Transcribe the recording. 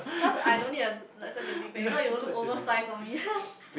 because I don't need a no such a big bag now you will look oversized for me